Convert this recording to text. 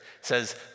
says